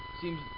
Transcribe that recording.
seems